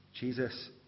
Jesus